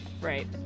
Right